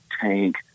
tank